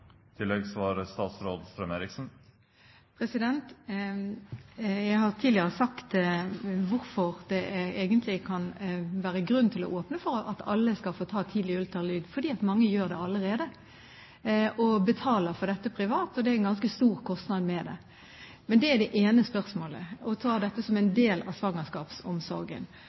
Jeg har tidligere sagt hvorfor det kan være grunn til å åpne for at alle skal få ta tidlig ultralyd, fordi mange gjør det allerede og betaler for dette privat. Det er en ganske stor kostnad ved det. Det er det ene spørsmålet, å ta dette som en del av svangerskapsomsorgen.